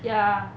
ya